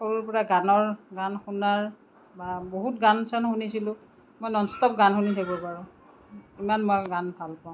সৰুৰ পৰা গানৰ গান শুনাৰ বা বহুত গান চান শুনিছিলোঁ মই ন'ন ষ্টপ গান শুনি থাকিব পাৰোঁ ইমান মই গান ভাল পাওঁ